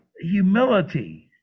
humility